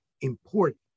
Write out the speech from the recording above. Important